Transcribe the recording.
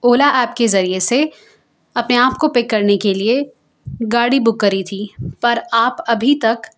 اولا app کے ذریعے سے اپنے آپ کو پک کرنے کے لیے گاڑی بک کری تھی پر آپ ابھی تک